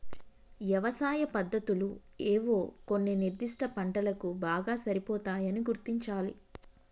యవసాయ పద్దతులు ఏవో కొన్ని నిర్ధిష్ట పంటలకు బాగా సరిపోతాయని గుర్తించాలి